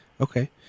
Okay